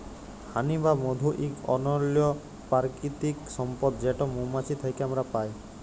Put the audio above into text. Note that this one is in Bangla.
হানি বা মধু ইক অনল্য পারকিতিক সম্পদ যেট মোমাছি থ্যাকে আমরা পায়